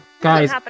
Guys